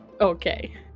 Okay